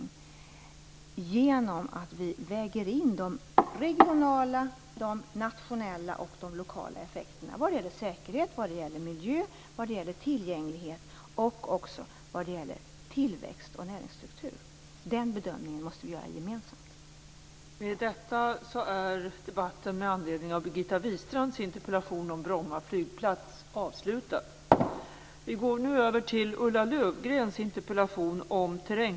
Det måste ske genom att vi väger in de regionala, de nationella och de lokala effekterna när det gäller säkerhet, miljö, tillgänglighet, tillväxt och näringsstruktur. Den bedömningen måste vi gemensamt göra.